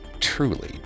truly